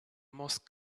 most